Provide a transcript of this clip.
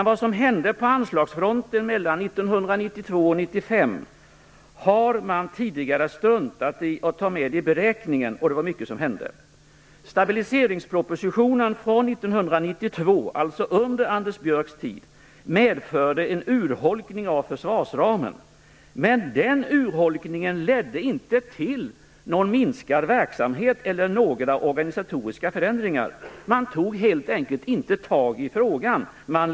Vad som hände på anslagsfronten mellan 1992 och 1995 har man tidigare struntat i att ta med i beräkningen, och det var mycket som då hände. Anders Björcks statsrådstid, medförde en urholkning av försvarsramen, men den urholkningen ledde inte till någon minskad verksamhet eller till några organisatoriska förändringar. Man tog helt enkelt inte tag i frågan.